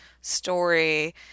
story